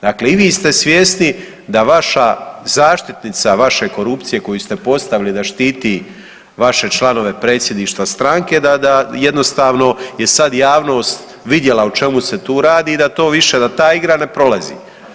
Dakle i vi ste svjesni da vaša zaštitnica vaše korupcije koju ste postavili da štiti vaše članove predsjedništva stranke da jednostavno je sad javnost vidjela o čemu se tu radi i da to više, da ta igra ne prolazi.